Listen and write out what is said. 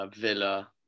Villa